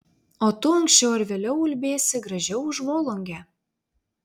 o tu anksčiau ar vėliau ulbėsi gražiau už volungę